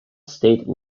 state